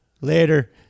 later